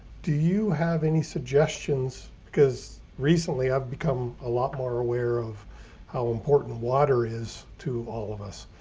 do you have any suggestions? because recently i've become a lot more aware of how important water is to all of us.